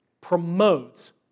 promotes